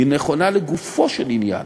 היא נכונה לגופו של עניין.